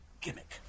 gimmick